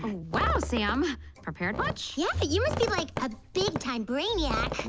wow sam prepared watch yes, you must be like a big-time brainiac and